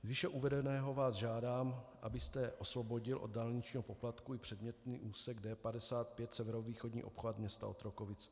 Z výše uvedeného vás žádám, abyste osvobodil od dálničního poplatku i předmětný úsek D55 severovýchodní obchvat města Otrokovic.